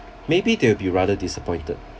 maybe they'll be rather disappointed